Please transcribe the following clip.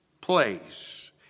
place